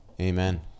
Amen